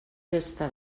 festa